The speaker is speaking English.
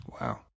Wow